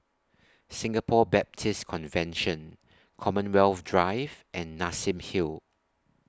Singapore Baptist Convention Commonwealth Drive and Nassim Hill